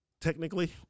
technically